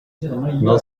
not